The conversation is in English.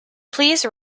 please